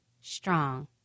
strong